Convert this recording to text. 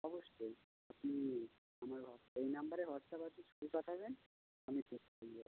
অবশ্যই এই নাম্বারে হোয়াটসঅ্যাপ আছে ছবি পাঠাবেন আমি সেভ করে নেবো